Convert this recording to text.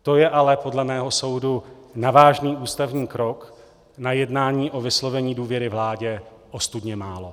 To je ale podle mého soudu na vážný ústavní krok na jednání o vyslovení důvěry vládě ostudně málo.